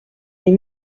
les